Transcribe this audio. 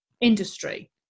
industry